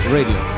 Radio